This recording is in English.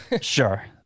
sure